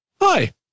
hi